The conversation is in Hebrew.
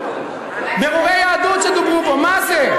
בירורי יהדות שדוברו פה, מה זה?